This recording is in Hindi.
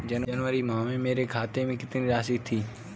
जनवरी माह में मेरे खाते में कितनी राशि थी?